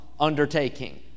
undertaking